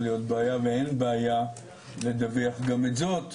להיות בעיה ואין בעיה לדווח גם את זאת,